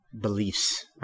beliefs